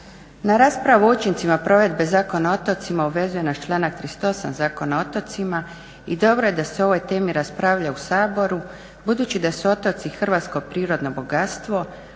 Na raspravu o učincima provedbe Zakona o otocima obvezuje nas članak 38. Zakona o otocima i dobro je da se o ovoj temi raspravlja u Saboru budući da su otoci hrvatsko prirodno bogatstvo,